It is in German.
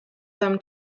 seinem